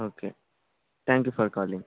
okay thank you for calling